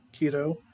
Keto